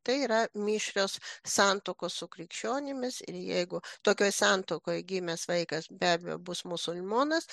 tai yra mišrios santuokos su krikščionimis ir jeigu tokioj santuokoj gimęs vaikas be abejo bus musulmonas